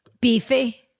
Beefy